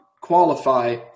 qualify